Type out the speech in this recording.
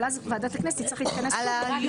אבל אז ועדת הכנסת תצטרך להתכנס שוב --- על היו"ר.